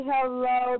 Hello